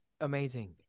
amazing